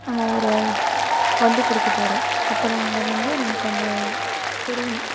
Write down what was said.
நம்ம ஒரு வண்டி பிடிக்கப் போகிறோம் அப்படினா அங்கே வந்து நமக்கு அந்த தெரியணும்